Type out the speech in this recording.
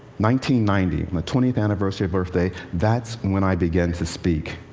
ninety ninety the twentieth anniversary of earth day that's when i began to speak.